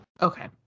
Okay